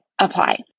apply